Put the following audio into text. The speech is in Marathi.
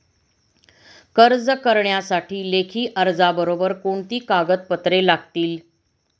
कर्ज करण्यासाठी लेखी अर्जाबरोबर कोणती कागदपत्रे लागतील?